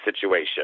situation